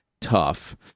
tough